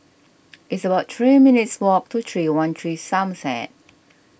it's about three minutes' walk to three one three Somerset